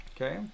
Okay